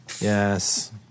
Yes